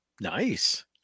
Nice